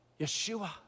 Yeshua